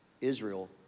Israel